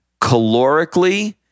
calorically